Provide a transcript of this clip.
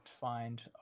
find